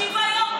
שוויון,